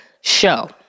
show